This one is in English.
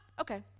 okay